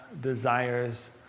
desires